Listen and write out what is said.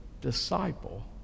disciple